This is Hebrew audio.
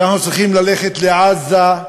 שאנחנו צריכים ללכת לעזה?